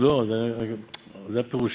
לא, זה הפירושים.